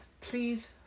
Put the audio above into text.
Please